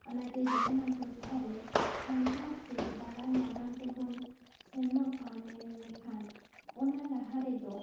ᱚᱱᱟᱛᱮ ᱡᱟᱦᱟᱱᱟᱜ ᱴᱚᱴᱷᱟ ᱛᱮ ᱥᱟᱸᱜᱷᱟᱨ ᱥᱮ ᱫᱟᱬᱟᱱ ᱞᱟᱜᱟᱱ ᱛᱮᱵᱚᱱ ᱥᱮᱱᱚᱜᱼᱟ ᱢᱮᱱᱞᱮᱠᱷᱟᱱ ᱚᱱᱟ ᱞᱟᱦᱟ ᱨᱮᱫᱚ